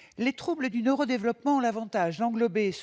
« troubles du neurodéveloppement » a l'avantage d'englober